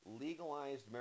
legalized